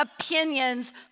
opinions